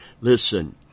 Listen